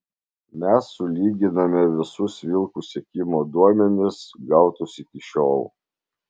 mes sulyginame visus vilkų sekimo duomenis gautus iki šiol